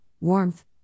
warmth